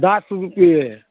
दस रुपये